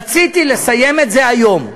רציתי לסיים את זה היום.